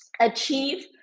achieve